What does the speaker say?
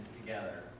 together